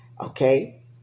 okay